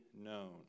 known